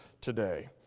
today